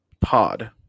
Pod